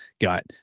Got